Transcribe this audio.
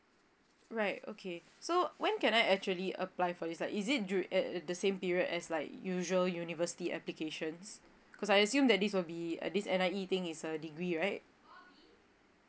right okay so when can I actually apply for this like is it dur~ eh the same period as like usual university applications cause I assume that this will be uh this N_I_E thing is a degree right